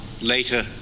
later